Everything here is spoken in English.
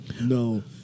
No